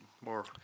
more